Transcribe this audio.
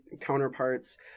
counterparts